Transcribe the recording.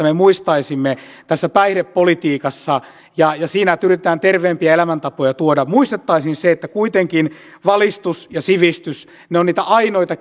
me muistaisimme tässä päihdepolitiikassa ja siinä että yritetään terveempiä elämäntapoja tuoda sen että kuitenkin valistus ja sivistys ovat niitä ainoita